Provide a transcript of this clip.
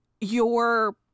your-